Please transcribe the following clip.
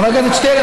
חבר הכנסת שטרן,